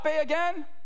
again